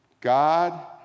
God